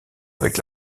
avec